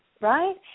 right